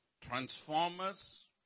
Transformers